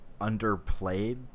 underplayed